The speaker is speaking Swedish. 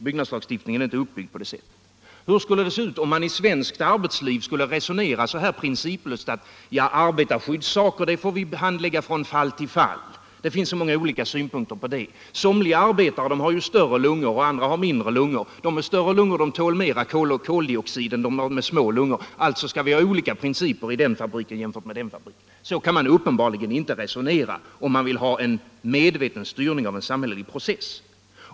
Byggnadslagstiftningen är inte heller uppbyggd på det sättet. Hur skulle det vidare se ut om man i svenskt arbetsliv skulle resonera så principlöst att man sade, att arbetarskyddsfrågor får handläggas från fall till fall? Det finns så många olika synpunkter på dem. Somliga arbetare har ju större lungor och andra har mindre: De som har större lungor tål mera koldioxid än de med små lungor. Alltså kan vi ha olika principer för olika fabriker. Så kan man uppenbarligen inte resonera, om man vill ha en medveten styrning av en samhällelig process.